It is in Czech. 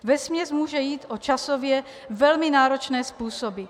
Vesměs může jít o časově velmi náročné způsoby.